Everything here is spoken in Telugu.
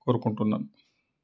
కోరుకుంటున్నా